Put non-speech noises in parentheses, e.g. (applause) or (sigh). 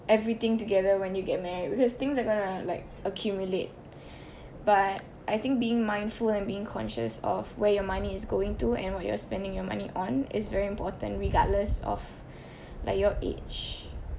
everything together when you get married because things are gonna like accumulate (breath) but I think being mindful and being conscious of where your money is going to and what you're spending your money on is very important regardless of like your age